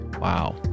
wow